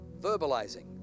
verbalizing